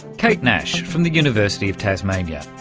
kate nash from the university of tasmania.